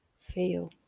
feel